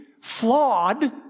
flawed